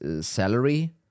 salary